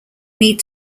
need